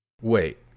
Wait